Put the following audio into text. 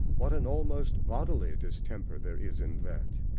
what an almost bodily distemper there is in that!